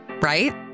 right